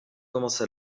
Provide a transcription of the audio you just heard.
commence